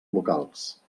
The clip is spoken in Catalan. locals